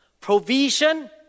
provision